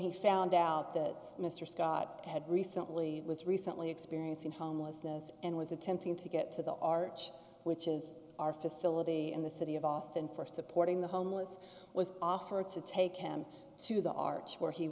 he found out that mr scott had recently was recently experiencing homelessness and was attempting to get to the our church which is our facility in the city of austin for supporting the homeless was offered to take him to the arch where he